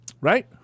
right